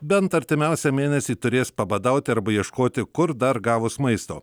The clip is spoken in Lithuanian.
bent artimiausią mėnesį turės pabadauti arba ieškoti kur dar gavus maisto